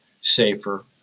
safer